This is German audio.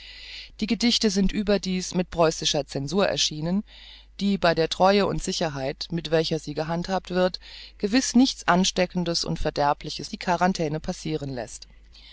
die gedichte sind überdies mit preußischer censur erschienen die bei der treue und sicherheit mit welcher sie gehandhabt wird gewiß nichts ansteckendes und verderbliches die quarantaine passiren läßt